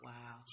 Wow